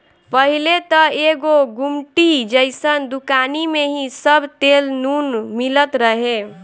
पहिले त एगो गुमटी जइसन दुकानी में ही सब तेल नून मिलत रहे